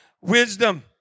wisdom